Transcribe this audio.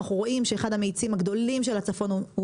אנחנו רואים שאחד המאיצים הגדולים של הצפון הוא